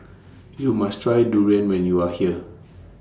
YOU must Try Durian when YOU Are here